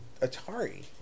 Atari